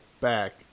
back